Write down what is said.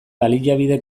baliabide